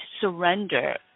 surrender